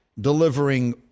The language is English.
delivering